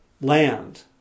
land